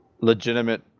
legitimate